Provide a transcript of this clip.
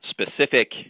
specific